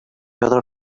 other